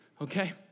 okay